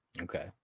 Okay